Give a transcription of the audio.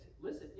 listen